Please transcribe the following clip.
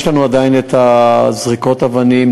יש לנו עדיין זריקות אבנים,